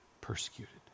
persecuted